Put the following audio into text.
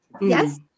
Yes